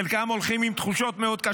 חלקם הולכים עם תחושות קשות מאוד,